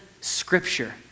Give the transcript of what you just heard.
Scripture